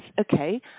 okay